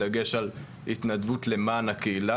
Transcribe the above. בדגש על התנדבות למען הקהילה,